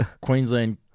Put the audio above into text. Queensland